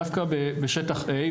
דווקא בשטח A,